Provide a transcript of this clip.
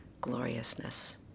gloriousness